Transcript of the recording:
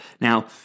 Now